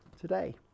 today